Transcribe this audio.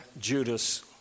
Judas